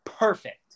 perfect